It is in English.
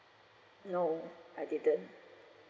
no I didn't